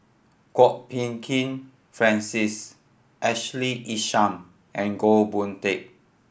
Kwok Peng Kin Francis Ashley Isham and Goh Boon Teck